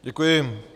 Děkuji.